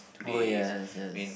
oh yes yes